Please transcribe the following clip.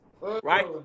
Right